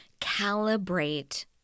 calibrate